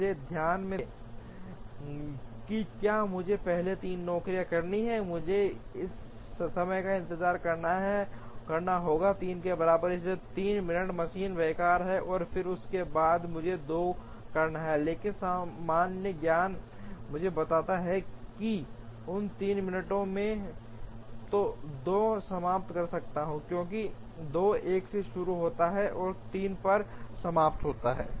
इसलिए ध्यान से देखें कि क्या मुझे पहले 3 नौकरी करनी है मुझे समय का इंतजार करना होगा 3 के बराबर इसलिए 3 मिनट मशीन बेकार है और फिर उसके बाद मुझे 2 करना है लेकिन सामान्य ज्ञान मुझे बताता है कि उन 3 मिनटों में मैं 2 को समाप्त कर सकता हूं क्योंकि 2 1 से शुरू होता है और 3 पर समाप्त होता है